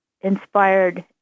inspired